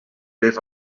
bleef